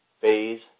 phase